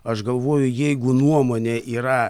aš galvoju jeigu nuomonė yra